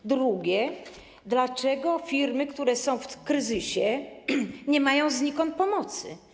Po drugie, dlaczego firmy, które są w kryzysie, nie mają znikąd pomocy?